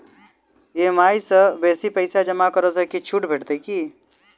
EMI सँ बेसी पैसा जमा करै सँ किछ छुट भेटत की?